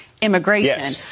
immigration